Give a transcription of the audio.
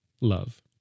love